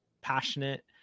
passionate